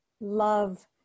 love